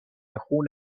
خون